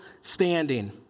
standing